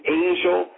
angel